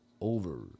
over